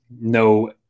no